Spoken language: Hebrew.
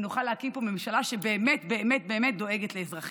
ונוכל להקים פה ממשלה שבאמת באמת באמת דואגת לאזרחיה.